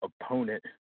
opponent